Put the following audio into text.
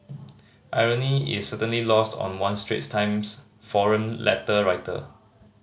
irony is certainly lost on one Straits Times forum letter writer